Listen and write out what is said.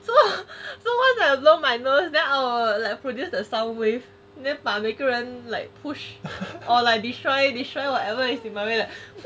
so so once I blow my nose then I will produce the sound wave then 把每个人 like push or like destroy destroy whatever is in my way